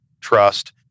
trust